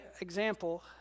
example